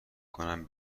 کنم